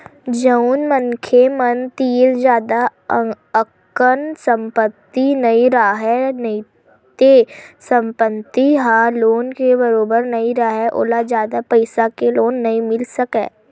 जउन मनखे मन तीर जादा अकन संपत्ति नइ राहय नइते संपत्ति ह लोन के बरोबर नइ राहय ओला जादा पइसा के लोन नइ मिल सकय